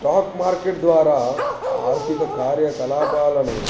stock market ద్వారా ఆర్థిక కార్యకలాపాలను